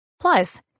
Plus